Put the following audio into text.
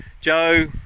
Joe